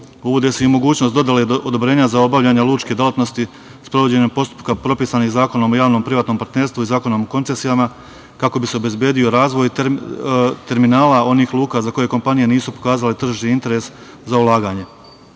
Uvodi se i mogućnost dodele odobrenja za obavljanje lučke delatnosti, sprovođenje postupaka propisanih Zakonom o javnom privatnom partnerstvu i Zakonom o koncesijama, kako bi se obezbedio razvoj terminala onih luka za koje kompanije nisu pokazale tržišni interes za ulaganje.